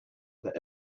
that